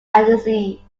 agency